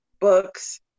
books